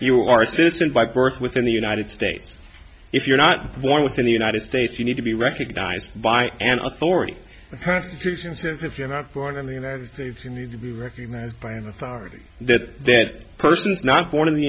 you are a system by birth within the united states if you're not born within the united states you need to be recognized by an authority a persecution says if you're not born in the united states you need to be recognized by a majority that that person is not born in the